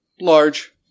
Large